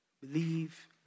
Believe